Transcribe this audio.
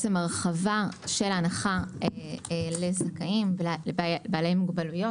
הרחבה של הנחה לזכאים ולבעלי מוגבלויות.